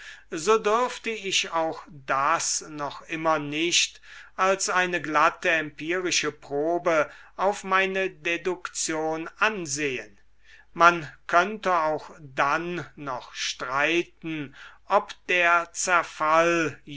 so dürfte ich auch das noch immer nicht als eine glatte empirische probe auf meine deduktion ansehen man könnte auch dann noch streiten ob der zerfall